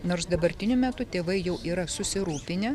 nors dabartiniu metu tėvai jau yra susirūpinę